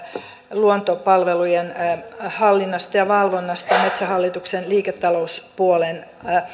luontopalvelujen hallinnasta ja valvonnasta metsähallituksen liiketalouspuolen